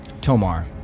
Tomar